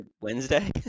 Wednesday